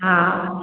हा